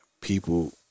people